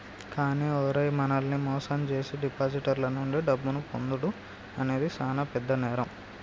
కానీ ఓరై మనల్ని మోసం జేసీ డిపాజిటర్ల నుండి డబ్బును పొందుడు అనేది సాన పెద్ద నేరం